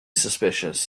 suspicious